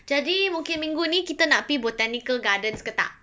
jadi mungkin minggu ni kita nak pi botanical gardens ke tak